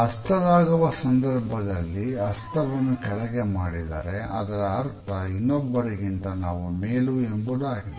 ಹಸ್ತಲಾಗವ ಸಂದರ್ಭದಲ್ಲಿ ಹಸ್ತವನ್ನು ಕೆಳಗೆ ಮಾಡಿದ್ದರೆ ಅದರ ಅರ್ಥ ಇನ್ನೊಬ್ಬರಿಗಿಂತ ನಾವು ಮೇಲು ಎಂಬುದಾಗಿದೆ